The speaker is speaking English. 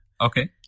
Okay